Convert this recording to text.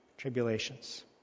Tribulations